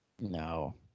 No